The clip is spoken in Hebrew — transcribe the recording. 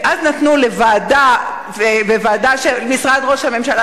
ואז נתנו לוועדה של משרד ראש הממשלה